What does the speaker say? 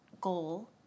goal